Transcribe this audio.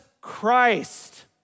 Christ